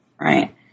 right